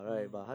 mm